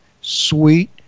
sweet